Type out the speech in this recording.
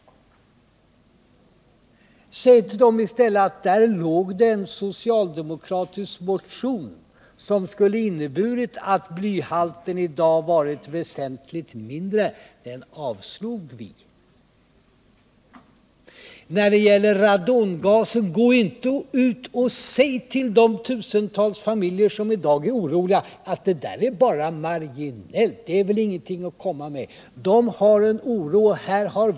Säg i stället till dem att det förelåg en socialdemokratisk motion och att om den hade bifallits, skulle det ha inneburit att blyhalten i bensin i dag varit väsentligt lägre. Men den motionen avslog ni. Och säg inte till de tusentals familjer som i dag är oroliga över den höga halten av radongas i sina hus att detta bara är marginellt och ingenting att komma med — de hyser stor oro.